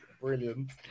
brilliant